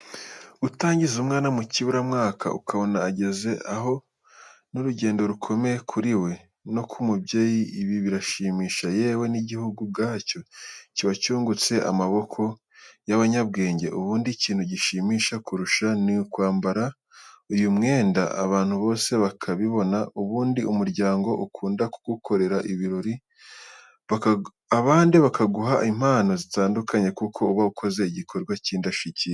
Gutangiza umwana mukiburamwaka ukabona ageze aha n'urugendo rukomeye kuri we no k'umubyeyi ibi birashimisha yewe n'igihugu ubwacyo kiba cyungutse amaboko y'abanyabwenge. Ubundi ikintu gishimisha kurusha ni ukwambara uyu mwebda abantu bose bakabibona. Ubundi umuryango ukunda kugukorera ibirori. Abandi bakaguha n'impano zitandukanye kuko uba ukoze igikorwa cy'indashyikirwa.